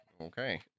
Okay